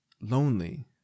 lonely